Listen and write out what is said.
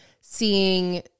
seeing –